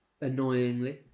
Annoyingly